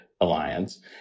alliance